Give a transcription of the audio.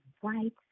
white